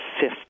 fifth